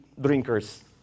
drinkers